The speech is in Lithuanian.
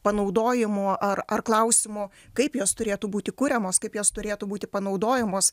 panaudojimu ar ar klausimu kaip jos turėtų būti kuriamos kaip jos turėtų būti panaudojamos